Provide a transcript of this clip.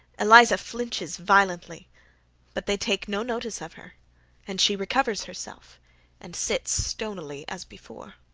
eliza flinches violently but they take no notice of her and she recovers herself and sits stonily as before.